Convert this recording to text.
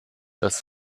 das